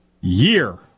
year